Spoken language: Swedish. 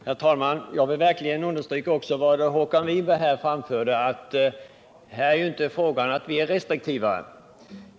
Herr talman! Jag vill verkligen understryka vad Håkan Winberg här framhöll, nämligen att det inte är fråga om att vi reservanter är restriktivare.